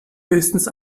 höchstens